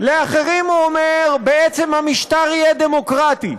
לאחרים הוא אומר: בעצם המשטר יהיה דמוקרטי.